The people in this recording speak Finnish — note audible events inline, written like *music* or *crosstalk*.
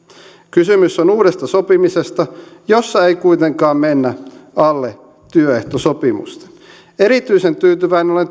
kysymys on uudesta sopimisesta jossa ei kuitenkaan mennä alle työehtosopimusten erityisen tyytyväinen olen *unintelligible*